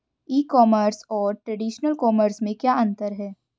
ई commerce और traditional commerce में क्या अंतर है?